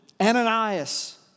Ananias